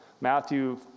Matthew